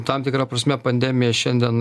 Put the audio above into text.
tam tikra prasme pandemija šiandien